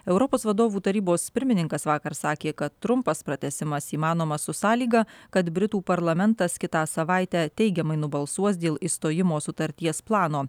europos vadovų tarybos pirmininkas vakar sakė kad trumpas pratęsimas įmanomas su sąlyga kad britų parlamentas kitą savaitę teigiamai nubalsuos dėl išstojimo sutarties plano